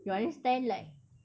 you understand like